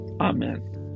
Amen